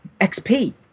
XP